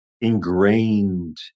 ingrained